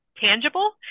tangible